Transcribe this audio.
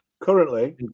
Currently